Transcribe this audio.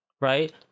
right